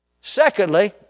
Secondly